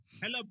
hello